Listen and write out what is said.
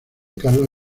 carlos